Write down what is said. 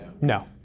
No